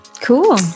cool